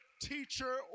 teacher